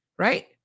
right